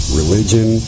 religion